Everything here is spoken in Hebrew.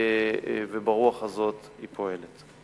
וברוח הזאת היא פועלת.